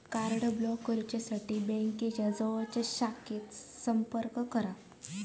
card block करुसाठी बँकेच्या जवळच्या शाखेत संपर्क करा